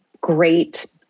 great